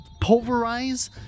pulverize